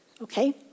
okay